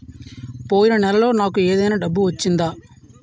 పోయిన నెలలో నాకు ఏదైనా డబ్బు వచ్చిందా?